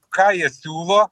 ką jie siūlo